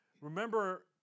Remember